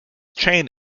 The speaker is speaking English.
chain